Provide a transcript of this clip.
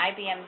IBM